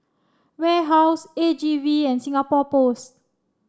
Warehouse A G V and Singapore Post